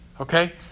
okay